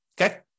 Okay